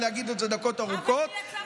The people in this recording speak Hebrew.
תודה רבה, חברת הכנסת שלי טל מירון.